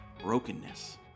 brokenness